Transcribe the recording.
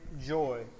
joy